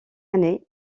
année